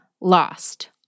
Lost